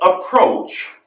approach